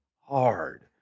hard